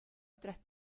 otras